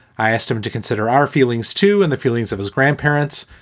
i asked him to consider our feelings too, and the feelings of his grandparents.